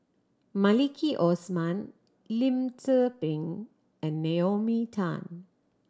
Maliki Osman Lim Tze Peng and Naomi Tan